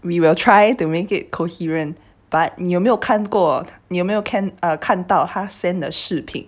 we will try to make it coherent but 你有没有看过你有没有 can 看到他 send 的视频